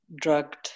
drugged